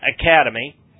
Academy